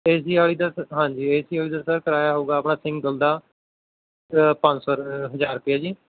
ਏ C ਵਾਲੀ ਤਾਂ ਸ ਹਾਂਜੀ ਏ ਸੀ ਵਾਲੀ ਦਾ ਤਾਂ ਸਰ ਕਿਰਾਇਆ ਹੋਊਗਾ ਆਪਣਾ ਸਿੰਗਲ ਦਾ ਪੰਜ ਸੌ ਰ ਹਜ਼ਾਰ ਰੁਪਈਆ ਜੀ